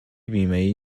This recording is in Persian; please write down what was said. بیمهای